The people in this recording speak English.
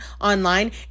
online